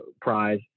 prize